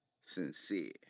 Sincere